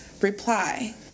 Reply